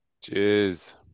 Cheers